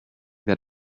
that